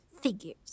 Figures